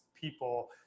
people